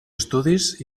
estudis